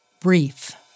brief